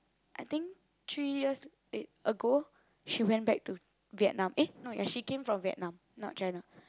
I think three years eh ago she went back to Vietnam eh no ya she came from Vietnam not China